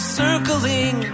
circling